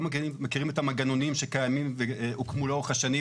לא מכירים את המנגנונים שקיימים והוקמו לאורך השנים,